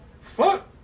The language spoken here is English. fuck